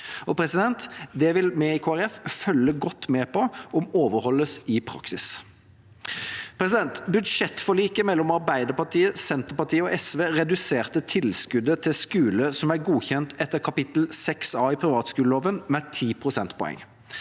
i Kristelig Folkeparti følge godt med på om overholdes i praksis. Budsjettforliket mellom Arbeiderpartiet, Senterpartiet og SV reduserte tilskuddet til skoler som er godkjent etter kapittel 6A i privatskoleloven, med 10 prosentpoeng.